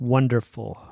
Wonderful